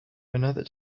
another